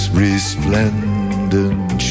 resplendent